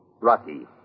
Rocky